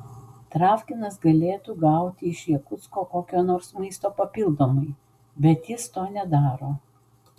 travkinas galėtų gauti iš jakutsko kokio nors maisto papildomai bet jis to nedaro